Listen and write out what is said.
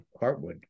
heartwood